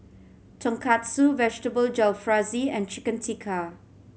Tonkatsu Vegetable Jalfrezi and Chicken Tikka